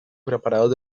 preparados